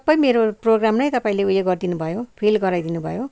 सबै मेरो प्रोग्राम नै तपाईँले उयो गरिदिनु भयो फेल गराइदिनु भयो